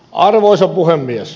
arvoisa puhemies